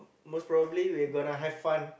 most probably we're gonna have fun